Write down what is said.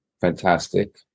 Fantastic